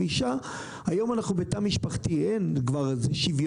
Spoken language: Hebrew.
היום אנחנו בתא משפחתי שוויוני,